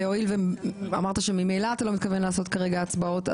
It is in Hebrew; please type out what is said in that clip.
והואיל ואמרת שממילא אתה לא מתכוון לעשות כרגע הצבעות,